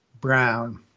brown